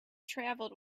travelled